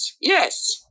Yes